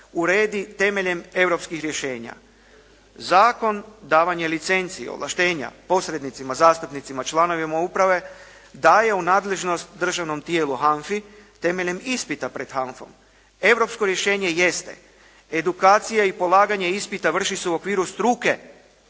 uredi temeljem europskih rješenja. Zakon, davanjem licenci ovlaštenja posrednicima, zastupnicima članovima uprave, daje u nadležnost državnom tijelu HANF-i temeljem ispita pred HANF-om. Europsko rješenje jeste edukacija i polaganje ispita vrši se u okviru struke